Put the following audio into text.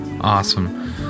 Awesome